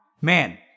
man